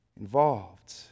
involved